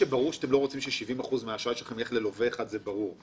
שאתם לא רוצים ש-70% מהאשראי שלכם ילך ללווה אחד זה ברור.